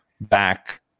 back